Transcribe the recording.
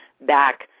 back